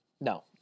no